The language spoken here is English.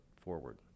forward